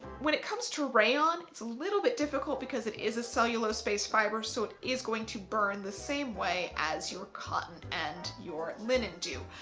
when it comes to rayon it's a little bit difficult because it is a cellulose based fibre, so it is going to burn the same way as your cotton and your linen do.